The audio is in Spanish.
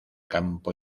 campo